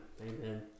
amen